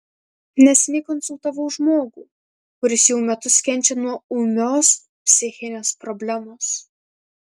neseniai konsultavau žmogų kuris jau metus kenčia nuo ūmios psichinės problemos